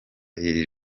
iri